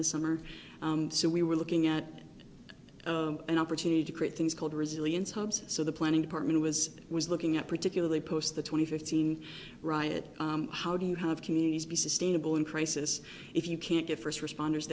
the summer so we were looking at an opportunity to create things called resilience hubs so the planning department was was looking at particularly post the twenty fifteen riot how do you have communities be sustainable in crisis if you can't get first responders